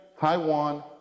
Taiwan